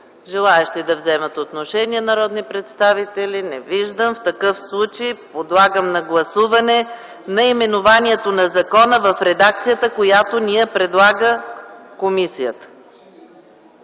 Желаещи да вземат отношение народни представители? Не виждам. Подлагам на гласуване наименованието на закона в редакцията, която ни предлага комисията.